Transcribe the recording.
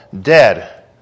dead